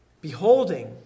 beholding